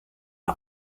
are